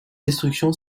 destruction